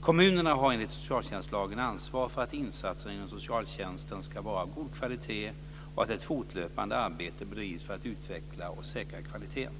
Kommunerna har enligt socialtjänstlagen ansvar för att insatserna inom socialtjänsten ska vara av god kvalitet och att ett fortlöpande arbete bedrivs för att utveckla och säkra kvaliteten.